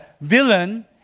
villain